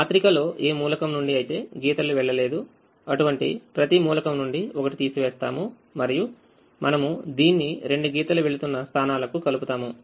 మాత్రికలో ఏ మూలకం నుండి అయితే గీతలు వెళ్లలేదు అటువంటి ప్రతి మూలకం నుండి ఒకటి తీసి వేస్తాము మరియు మనము దీన్ని రెండు గీతలు వెళ్తున్న స్థానాలకు కలుపుతాము